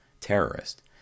terrorist